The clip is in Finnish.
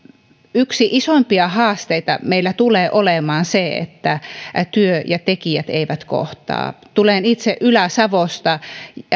yksi isoimpia haasteita meillä tulee olemaan se että työ ja tekijät eivät kohtaa tulen itse ylä savosta